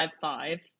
five